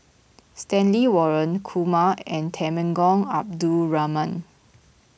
Stanley Warren Kumar and Temenggong Abdul Rahman